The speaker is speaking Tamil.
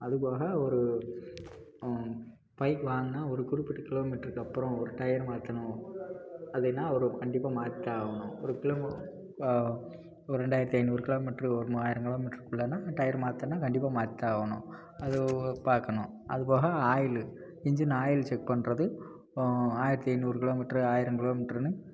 அதுபோக ஒரு பைக் வாங்கினா ஒரு குறிப்பிட்ட கிலோ மீட்டருக்கு அப்புறம் ஒரு டயரு மாற்றணும் அப்படினா ஒரு கண்டிப்பாக மாற்றி ஆகணும் ஒரு கிலோமு ஒரு ரெண்டாயிரத்து ஐந்நூறு கிலோமீட்ரு ஒரு மூவாயிரம் கிலோ மீட்ருக்குள்ளனால் டயர் மாற்றினா கண்டிப்பாக மாற்றித்தான் ஆகணும் அது பார்க்கணும் அது போக ஆயிலு இன்ஜின் ஆயில் செக் பண்ணுறது ஆயிரத்து ஐந்நூறு கிலோமீட்ரு ஆயிரம் கிலோ மீட்டருனு